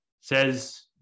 says